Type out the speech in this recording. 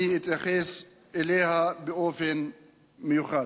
אני אתייחס אליה באופן מיוחד.